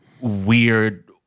weird